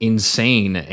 Insane